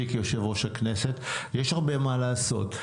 כיושב ראש הכנסת יש הרבה מה לעשות.